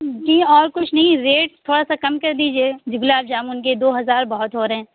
جی اور کچھ نہیں ریٹ تھوڑا سا کم کر دیجیے جی گُلاب جامن کے دو ہزار بہت ہو رہے ہیں